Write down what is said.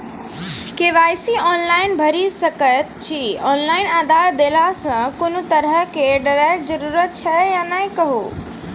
KYC online भैरि सकैत छी, ऑनलाइन आधार देलासॅ कुनू तरहक डरैक जरूरत छै या नै कहू?